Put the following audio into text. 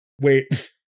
wait